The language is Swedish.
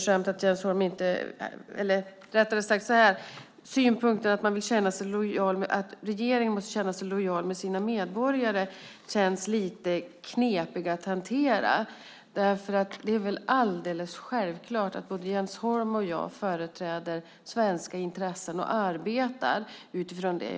Synpunkten att regeringen måste känna sig lojal med sina medborgare känns lite knepig att hantera. Det är väl alldeles självklart att både Jens Holm och jag företräder svenska intressen och arbetar utifrån det.